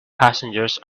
passengers